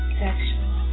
sexual